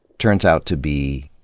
turns out to be,